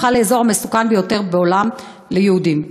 הפכה לאזור המסוכן ביותר בעולם ליהודים."